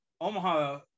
Omaha